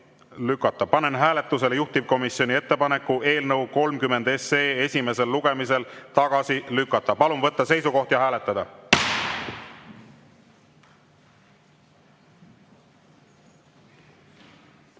hääletusele juhtivkomisjoni ettepaneku eelnõu 30 esimesel lugemisel tagasi lükata. Palun võtta seisukoht ja hääletada!